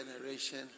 generation